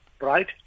right